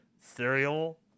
Cereal